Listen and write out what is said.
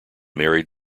married